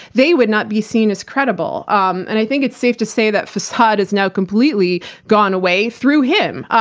they would not be seen as credible. um and i think it's safe to say that facade is now completely gone away through him.